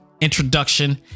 introduction